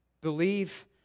Believe